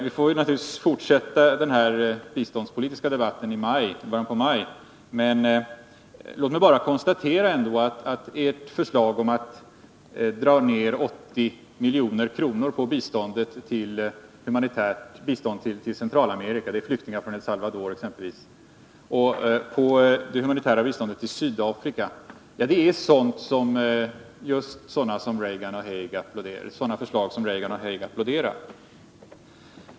Vi får naturligtvis fortsätta den här biståndspolitiska debatten i början på maj, men låt mig bara konstatera att era förslag om att dra ned 80 milj.kr. på humanitärt bistånd till Centralamerika — det gäller t.ex. flyktingar från El Salvador — och på det humanitära biståndet till Sydafrika är just sådana förslag som Haig och Reagan applåderar.